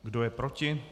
Kdo je proti?